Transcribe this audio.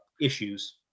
issues